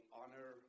honor